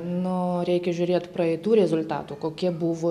nu reikia žiūrėt praeitų rezultatų kokie buvo